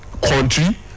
country